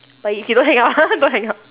but you you don't hang up don't hang up